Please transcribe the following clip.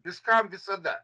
viskam visada